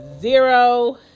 zero